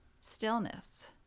stillness